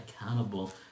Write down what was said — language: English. accountable